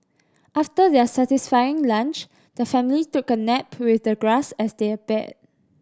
after their satisfying lunch the family took a nap with the grass as their bed